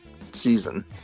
season